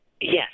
Yes